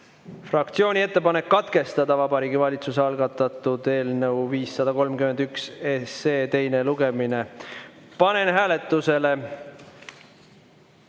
fraktsiooni ettepanek katkestada Vabariigi Valitsuse algatatud eelnõu 531 teine lugemine. Panen hääletusele